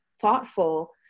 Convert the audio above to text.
thoughtful